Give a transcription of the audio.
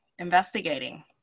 investigating